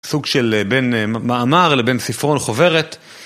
סוג של בין מאמר לבין ספרון חוברת.